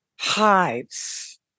hives